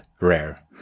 rare